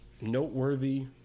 noteworthy